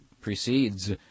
precedes